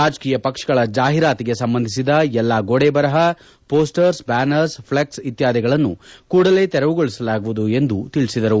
ರಾಜಕೀಯ ಪಕ್ಷಗಳ ಜಾಹಿರಾತಿಗೆ ಸಂಬಂಧಿಸಿದ ಎಲ್ಲಾ ಗೋಡೆಬರಹ ಪೋಸ್ಟರ್ಸ್ ಬ್ಯಾನರ್ಸ್ ಫ್ಲೆಕ್ಸ್ ಇತ್ಯಾದಿಗಳನ್ನು ಕೂಡಲೇ ತೆರವುಗೊಳಿಸಲಾಗುವುದು ಎಂದು ಅವರು ತಿಳಿಸಿದರು